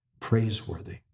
praiseworthy